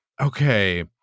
Okay